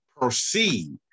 proceed